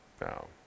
No